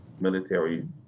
military